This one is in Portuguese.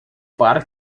par